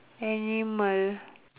animal